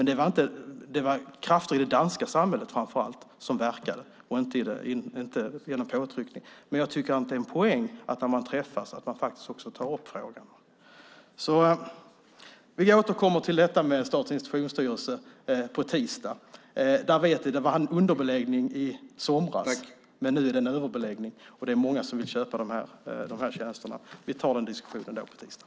Det var framför allt krafter i det danska samhället som verkade, det var inte genom våra påtryckningar. Men jag tycker att det är en poäng med att när man träffas ta upp frågan. Jag återkommer till Statens institutionsstyrelse på tisdag. Där vet vi att det var underbeläggning i somras, men nu är det överbeläggning. Det är många som vill köpa de här tjänsterna, men vi tar den diskussionen på tisdag.